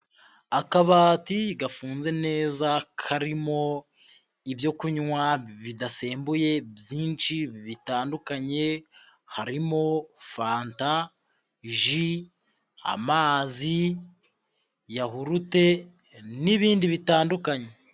Akabati gafunze neza, karimo ibyo kunywa bidasembuye, byinshi, bitandukanye, harimo fanta, ji, amazi, yahurute, n'ibindi bitandukanye.